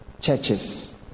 churches